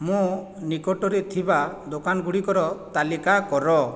ମୋ ନିକଟରେ ଥିବା ଦୋକାନ ଗୁଡ଼ିକର ତାଲିକା କର